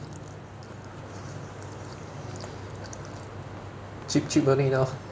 cheap cheap only lor